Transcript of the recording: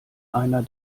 einer